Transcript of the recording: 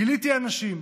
גיליתי אנשים